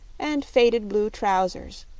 and faded blue trousers,